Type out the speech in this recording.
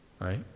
Right